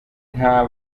nta